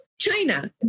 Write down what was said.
China